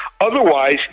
Otherwise